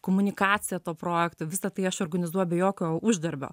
komunikacija to projekto visa tai aš organizuoju be jokio uždarbio